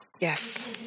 Yes